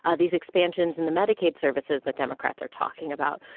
ah these expansions in the medicaid services that democrats are talking about.